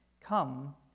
come